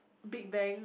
Big Bang